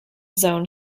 zone